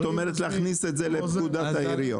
אתם אומרים שצריך להכניס את זה לפקודת העיריות,